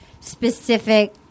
specific